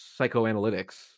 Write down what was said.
psychoanalytics